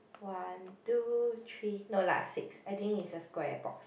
one two three no lah six I think is a square box